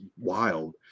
wild